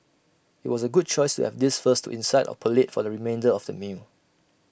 IT was A good choice to have this first to incite our palate for the remainder of the meal